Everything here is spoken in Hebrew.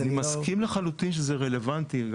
אני מסכים לחלוטין שזה רלוונטי.